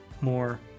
more